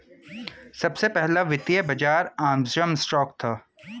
सबसे पहला वित्तीय बाज़ार एम्स्टर्डम स्टॉक था